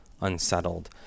Unsettled